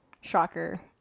shocker